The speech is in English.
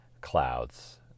clouds